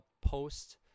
post